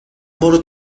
برو